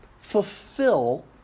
fulfill